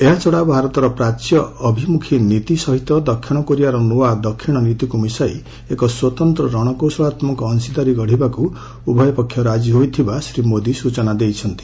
ଏହାଛଡା ଭାରତର ପ୍ରାଚ୍ୟ ଅଭିମୁଖୀ ନୀତି ସହିତ ଦକ୍ଷିଣ କୋରିଆର ନୂଆ ଦକ୍ଷିଣ ନୀତିକୁ ମିଶାଇ ଏକ ସ୍ୱତନ୍ତ୍ର ରଣକୌଶଳାତ୍ମକ ଅଂଶୀଦାରି ଗଢ଼ିବାକୁ ଉଭୟପକ୍ଷ ରାଜି ହୋଇଥିବା ଶ୍ରୀ ମୋଦି ସ୍ୱଚନା ଦେଇଛନ୍ତି